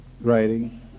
writing